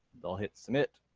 they'll hit submit